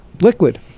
Liquid